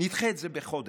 נדחה את זה בחודש,